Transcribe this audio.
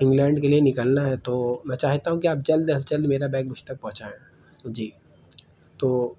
England کے لیے نکلنا ہے تو میں چاہتا ہوں کہ آپ جلد از جلد میرا بیگ مجھ تک پہنچائیں جی تو